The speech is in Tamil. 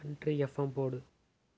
கண்ட்ரி எஃப்எம் போடு